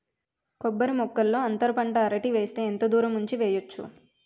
కొబ్బరి మొక్కల్లో అంతర పంట అరటి వేస్తే ఎంత దూరం ఉంచి వెయ్యొచ్చు?